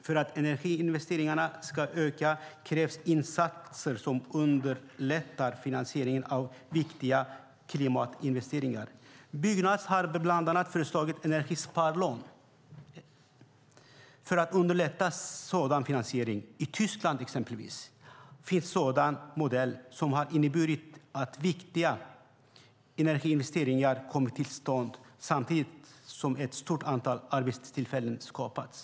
För att energiinvesteringarna ska öka krävs insatser som underlättar finansieringen av viktiga klimatinvesteringar. Byggnads har bland annat föreslagit energisparlån för att underlätta sådan finansiering. I exempelvis Tyskland finns en sådan modell som har inneburit att viktiga energiinvesteringar kommit till stånd samtidigt som ett stort antal arbetstillfällen har skapats.